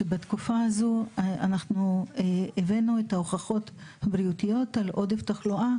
שבתקופה הזו אנחנו הבאנו את ההוכחות הבריאותיות על עודף תחלואה